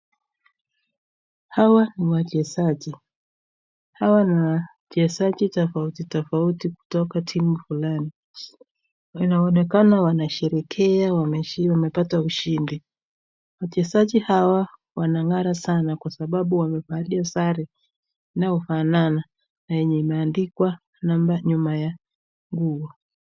Hawa ni wachezaji tofauti tofauti kutoka timu fulani. Wanaonekana wanasherehekea wamepata ushindi. Wachezaji hawa wanang'ara sana kwa sababu wamevalia sare inayofanana na yenye imeandikwa namba nyuma ya nguo.